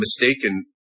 mistaken